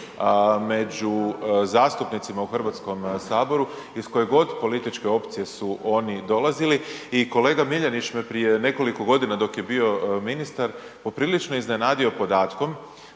među zastupnicima u Hrvatskom saboru iz koje god političke opcije su oni dolazili i kolega Miljenić me prije nekoliko godina dok je bio ministar poprilično iznenadio podatkom